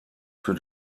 für